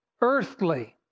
earthly